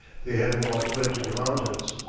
they having all fled to the mountains.